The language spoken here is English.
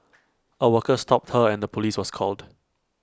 A worker stopped her and the Police was called